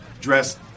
dressed